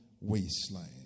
wasteland